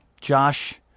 Josh